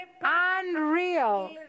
unreal